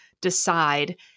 decide